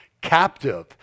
captive